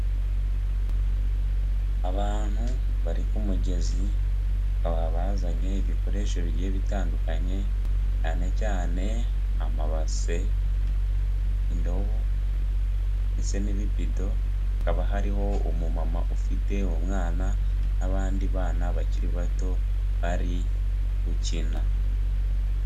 Abantu bari ku mugezi bakaba babazanye ibikoresho bigiye bitandukanye, cyane cyane amabase, indobo ndetse n'ibibido, hakaba hariho umumama ufite umwana n'abandi bana bakiri bato bari gukina.